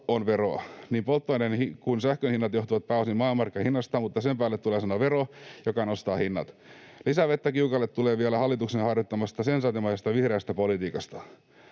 on veroa. Niin polttoaineiden kuin sähkön hinnat johtuvat pääosin maailmanmarkkinahinnasta, mutta sen päälle tulee sana vero, joka nostaa hinnat. Lisää vettä kiukaalle tulee vielä hallituksen harjoittamasta sensaatiomaisesta vihreästä politiikasta.